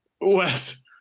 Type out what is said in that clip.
Wes